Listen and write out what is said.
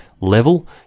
level